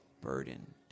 burden